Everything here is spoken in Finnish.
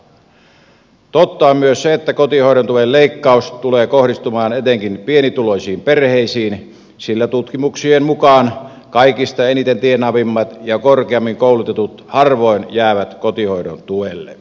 totta on myös se että kotihoidon tuen leikkaus tulee kohdistumaan etenkin pienituloisiin perheisiin sillä tutkimuksien mukaan kaikista eniten tienaavat ja korkeimmin koulutetut harvoin jäävät kotihoidon tuelle